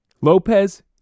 Lopez